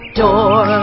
door